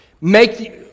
Make